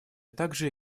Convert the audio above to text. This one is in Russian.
также